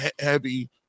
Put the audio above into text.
heavy